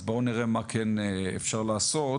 אז בואו נראה מה כן אפשר לעשות,